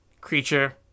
creature